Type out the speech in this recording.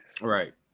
Right